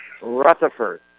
Rutherford